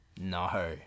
No